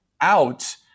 out